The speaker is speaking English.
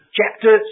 chapter